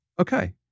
okay